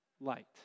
light